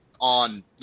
on